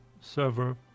server